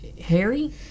Harry